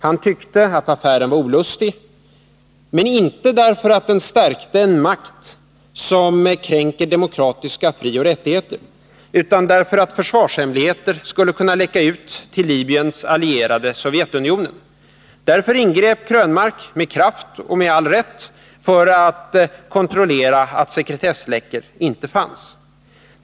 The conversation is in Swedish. Han tyckte att affären var olustig, men inte för att den stärkte en makt som kränker demokratiska frioch rättigheter, utan därför att försvarshemligheter skulle kunna läcka ut till Libyens allierade, Sovjetunionen. Därför ingrep Eric Krönmark med kraft och med all rätt för att kontrollera att sekretessläckor inte fanns.